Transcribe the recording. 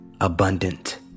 abundant